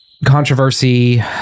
Controversy